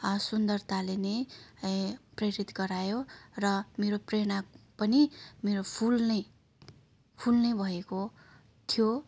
सुन्दरताले नै ए प्रेरित गरायो र मेरो प्रेरणा पनि मेरो फुल नै फुल नै भएको थियो